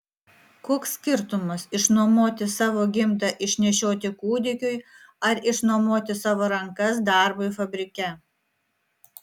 koks skirtumas išnuomoti savo gimdą išnešioti kūdikiui ar išnuomoti savo rankas darbui fabrike